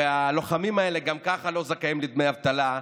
והלוחמים האלה גם ככה לא זכאים לדמי אבטלה,